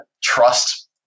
trust